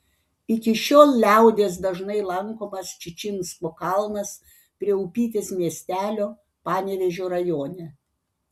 iki šiol liaudies dažnai lankomas čičinsko kalnas prie upytės miestelio panevėžio rajone